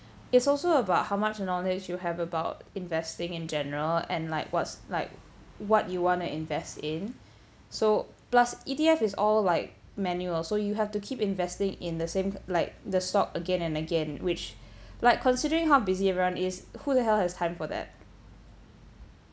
it's also about how much knowledge you have about investing in general and like what's like what you wanna invest in so plus E_T_F is all like manual so you have to keep investing in the same like the stock again and again which like considering how busy everyone is who the hell has time for that